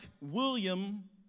William